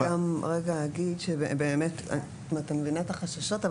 אני מבינה את החששות,